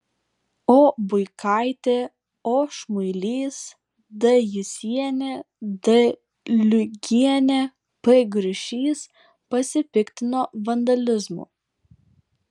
o buikaitė o šmuilys d jusienė d liugienė p griušys pasipiktino vandalizmu